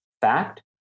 Fact